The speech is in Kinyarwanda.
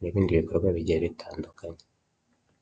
n'ibindi abaturage bashobora kweza.